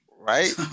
Right